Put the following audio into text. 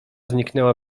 zniknęła